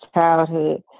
childhood